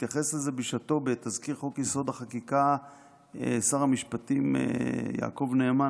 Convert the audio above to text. התייחס לזה בשעתו בתזכיר חוק-יסוד: החקיקה שר המשפטים יעקב נאמן,